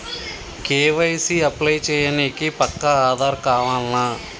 KYC apply చేయనీకి పక్కా ఆధార్ కావాల్నా?